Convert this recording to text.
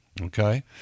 okay